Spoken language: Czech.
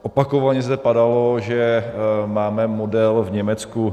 Opakovaně zde padalo, že máme model v Německu.